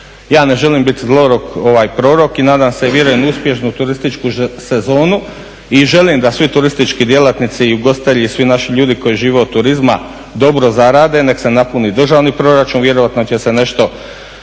Ja ne želim biti zloguki prorok i nadam se i vjerujem u uspješnu turističku sezonu i želim da svi turistički djelatnici i ugostitelji i svi naši ljudi koji žive od turizma dobro zarade, nek se napuni državni proračun. Vjerojatno će se nešto